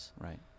Right